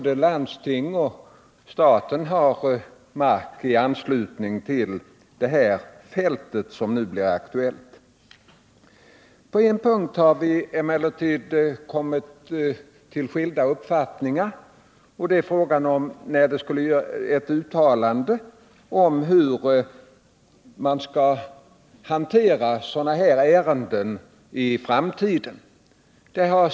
Både landstinget och staten har mark i anslutning till det fält som nu blir aktuellt. På en punkt har vi emellertid kommit till skilda uppfattningar, och det är i frågan om ett uttalande om hur man i framtiden skall hantera sådana här ärenden.